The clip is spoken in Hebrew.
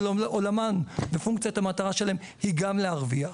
עולמן ופונקציית המטרה שלהם היא גם להרוויח,